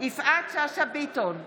יפעת שאשא ביטון,